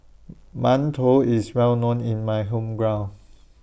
mantou IS Well known in My Hometown